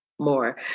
more